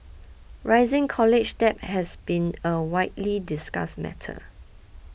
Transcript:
rising college debt has been a widely discussed matter